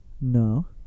No